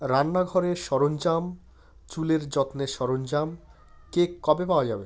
রান্নাঘরের সরঞ্জাম চুলের যত্নের সরঞ্জাম কেক কবে পাওয়া যাবে